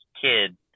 kid